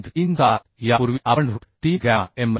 37 यापूर्वी आपण root 3 gamma mw